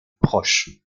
proche